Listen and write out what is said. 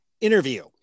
interview